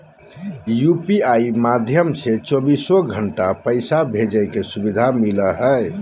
UPI माध्यम से चौबीसो घण्टा पैसा भेजे के सुविधा मिलो हय